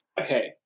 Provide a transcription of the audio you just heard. Okay